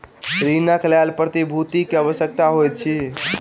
ऋणक लेल प्रतिभूति के आवश्यकता होइत अछि